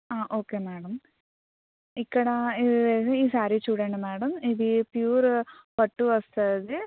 okay madam ఇక్కడ ఈ శారీ చూడండి మేడం ఇది ప్యూర్ పట్టు వస్తుంది